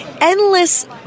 Endless